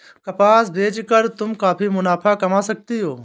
कपास बेच कर तुम काफी मुनाफा कमा सकती हो